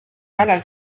kallal